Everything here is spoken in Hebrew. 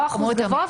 זה לא אחוז גבוה.